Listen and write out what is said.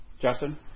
Justin